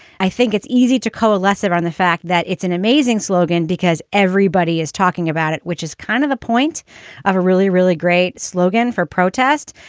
i think it's easy to coalesce around the fact that it's an amazing slogan because everybody is talking about it, which is kind of the point of a really, really great slogan for protest.